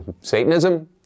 Satanism